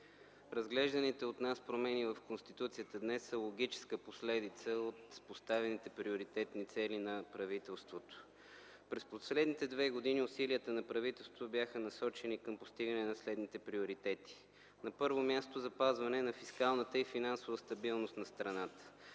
Разглежданите от нас промени в Конституцията днес са логическа последица от поставените приоритетни цели на правителството. През последните две години усилията на правителството бяха насочени към постигане на следните приоритети: На първо място, запазване на фискалната и финансовата стабилност на страната.